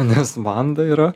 nes vanda yra